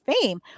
fame